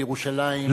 בירושלים,